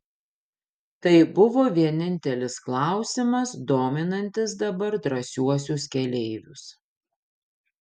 tai buvo vienintelis klausimas dominantis dabar drąsiuosius keleivius